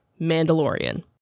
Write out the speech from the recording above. Mandalorian